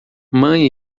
mãe